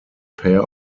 pair